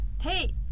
Hey